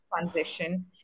transition